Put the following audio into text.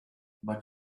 but